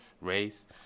race